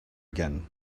again